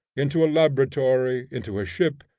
into a laboratory, into a ship,